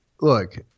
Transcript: look